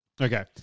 okay